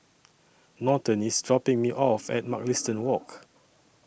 Norton IS dropping Me off At Mugliston Walk